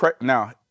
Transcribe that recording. now